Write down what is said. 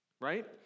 right